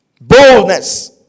Boldness